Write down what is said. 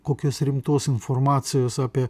kokios rimtos informacijos apie